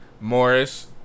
Morris